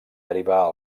derivar